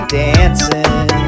dancing